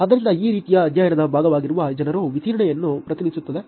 ಆದ್ದರಿಂದ ಈ ರೀತಿಯ ಅಧ್ಯಯನದ ಭಾಗವಾಗಿರುವ ಜನರ ವಿತರಣೆಯನ್ನು ಪ್ರತಿನಿಧಿಸುತ್ತದೆ